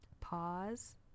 Pause